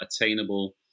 attainable